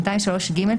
203ג,